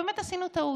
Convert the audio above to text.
באמת עשינו טעות.